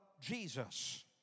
Jesus